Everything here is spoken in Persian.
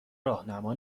راهنما